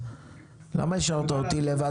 למה השארת אותי לבד?